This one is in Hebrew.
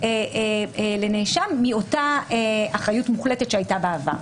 לנאשם מאותה אחריות מוחלטת שהייתה בעבר.